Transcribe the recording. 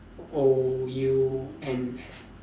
O U N S